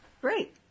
Great